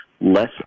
less